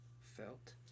Felt